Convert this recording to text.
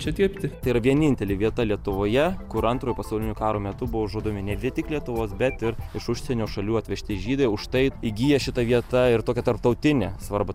čia dirbti tai yra vienintelė vieta lietuvoje kur antrojo pasaulinio karo metu buvo žudomi ne lietuvos bet ir iš užsienio šalių atvežti žydai už tai įgyja šita vieta ir tokią tarptautinę svarbą